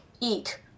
eat